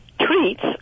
treats